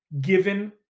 given